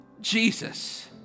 Jesus